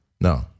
No